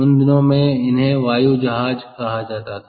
उन दिनों में इन्हें वायु जहाज कहा जाता था